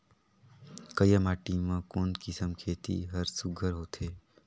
करिया माटी मा कोन किसम खेती हर सुघ्घर होथे?